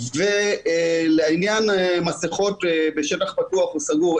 לעניין המסכות בשטח פתוח או סגור,